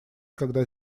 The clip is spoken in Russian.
когда